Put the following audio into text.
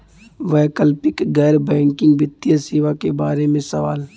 वैकल्पिक गैर बैकिंग वित्तीय सेवा के बार में सवाल?